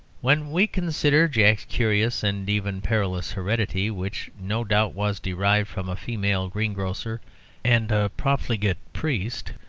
when we consider jack's curious and even perilous heredity, which no doubt was derived from a female greengrocer and a profligate priest,